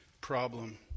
problem